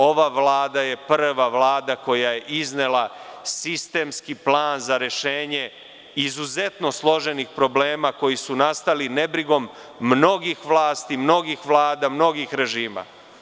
Ova Vlada je prva Vlada koja iznela sistemski plan za rešenje izuzetno složenih problema koji su nastali nebrigom mnogih vlasti, mnogih Vlada, mnogih režima.